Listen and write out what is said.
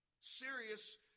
Serious